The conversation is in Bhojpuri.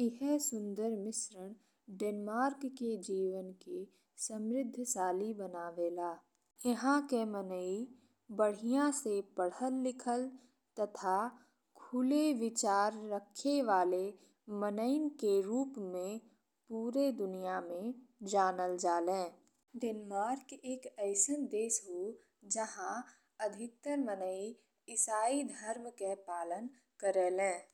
इहे सुंदर मिश्रण डेनमार्क के जीवन के समृद्धशाली बनावेला। एहाके मनई बधी से पढ़ल लिखल तथा खुले विचार रखे वाले मनई के रूप में पूरे दुनिया में जानल जाले। डेनमार्क एक अइसन देश हो जहाँ अधिकतर मनई ईसाई धर्म के पालन करेलें।